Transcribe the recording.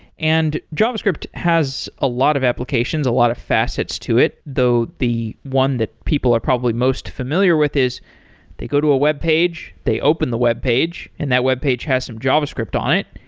and javascript has a lot of applications, a lot of facets to it, though the one that people are probably most familiar with is they go to a webpage, they open the webpage and that webpage has some javascript on it,